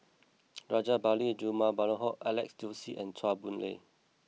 Rajabali Jumabhoy Alex Josey and Chua Boon Lay